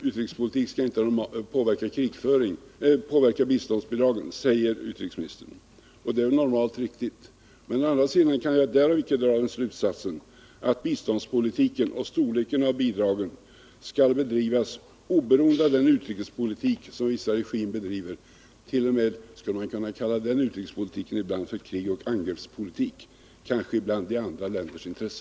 Utrikespolitik skall inte påverka biståndsbidragens storlek, säger utrikesministern. Det är normalt sett en riktig ståndpunkt, men jag kan å andra sidan därav icke dra slutsatsen att man i sin biståndspolitik och vid bedömningen av bidragens storlek inte skall ta hänsyn till den utrikespolitik som vissa regimer bedriver, en utrikespolitik som ibland t.o.m. kan kallas för krigsoch angreppspolitik och som kanske bedrivs i andra länders intresse.